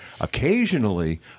Occasionally